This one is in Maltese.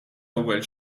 ewwel